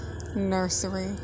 Nursery